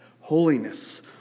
holiness